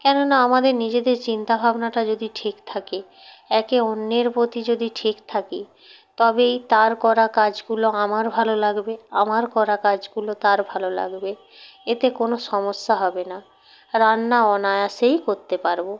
কেননা আমাদের নিজেদের চিন্তা ভাবনাটা যদি ঠিক থাকে একে অন্যের প্রতি যদি ঠিক থাকি তবেই তার করা কাজগুলো আমার ভালো লাগবে আমার করা কাজগুলো তার ভালো লাগবে এতে কোনো সমস্যা হবে না রান্না অনায়াসেই করতে পারব